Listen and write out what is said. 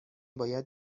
باید